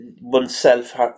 oneself